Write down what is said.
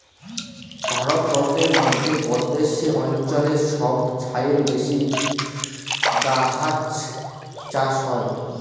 ভারতেল্লে মধ্য প্রদেশ অঞ্চলে ছব চাঁঁয়ে বেশি গাহাচ চাষ হ্যয়